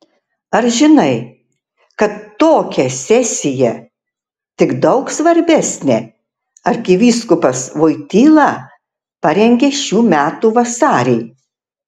ar žinai kad tokią sesiją tik daug svarbesnę arkivyskupas voityla parengė šių metų vasarį